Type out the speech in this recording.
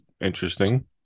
interesting